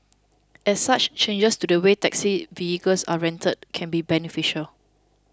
as such changes to the way taxi vehicles are rented can be beneficial